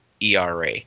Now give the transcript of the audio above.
ERA